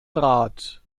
rat